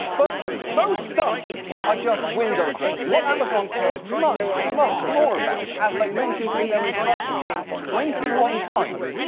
but those stunts are just window-dressing. what amazon cares much, much more about, as they mentioned in their instructions twenty one times,